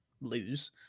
lose